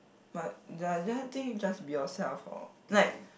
but that I just think just be yourself loh like